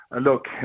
look